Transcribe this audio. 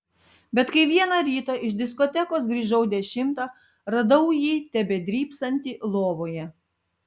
bet kai vieną rytą iš diskotekos grįžau dešimtą radau jį tebedrybsantį lovoje